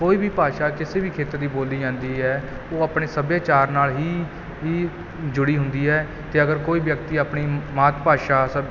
ਕੋਈ ਵੀ ਭਾਸ਼ਾ ਕਿਸੇ ਵੀ ਖੇਤਰ ਦੀ ਬੋਲੀ ਜਾਂਦੀ ਹੈ ਉਹ ਆਪਣੇ ਸੱਭਿਆਚਾਰ ਨਾਲ ਹੀ ਹੀ ਜੁੜੀ ਹੁੰਦੀ ਹੈ ਅਤੇ ਅਗਰ ਕੋਈ ਵਿਅਕਤੀ ਆਪਣੀ ਮਾਤ ਭਾਸ਼ਾ ਸਬ